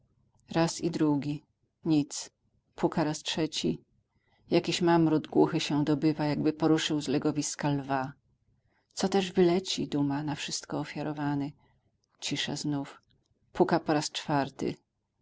raz i drugi nic puka raz trzeci jakiś mamrot głuchy się dobywa jakby poruszył z legowiska lwa co też wyleci duma na wszystko ofiarowany cisza znów puka po raz czwarty